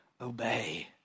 obey